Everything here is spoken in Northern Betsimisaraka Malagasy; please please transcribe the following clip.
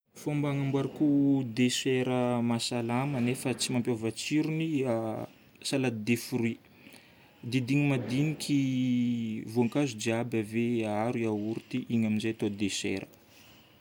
Fomba agnamboarako déssert mahasalama nefa tsy mampiova tsirony: salade de fruits. Didina madiniky voankazo jiaby, ave aharo yaourt. Igny amin'izay atao déssert.